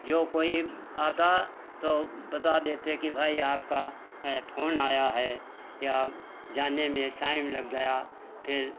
जो कोई आता तो बता देते कि भाई आपका फोन आया है या जाने में टाइम लग फिर